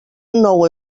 nou